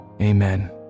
Amen